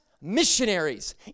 missionaries